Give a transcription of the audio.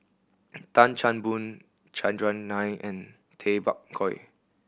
Tan Chan Boon Chandran Nair and Tay Bak Koi